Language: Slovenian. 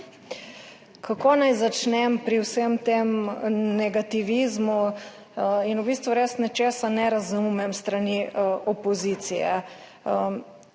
Kako naj začnem pri vsem tem negativizmu? V bistvu res nečesa ne razumem s strani opozicije.